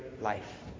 life